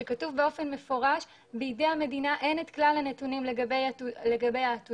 שכתוב באופן מפורש "בידי המדינה אין את כלל הנתונים לגבי העתודות".